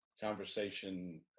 conversation